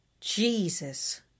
Jesus